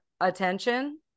attention